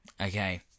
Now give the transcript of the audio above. okay